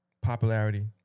popularity